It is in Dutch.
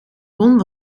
won